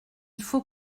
faut